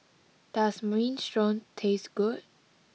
does Minestrone taste good